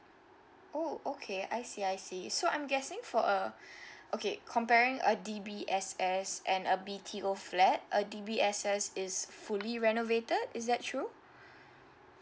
oh okay I see I see so I'm guessing for uh okay comparing a D_B_S_S flat and a B_T_O flat a D_B_S_S is fully renovated is that true